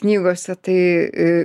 knygose tai